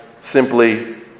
simply